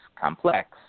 complex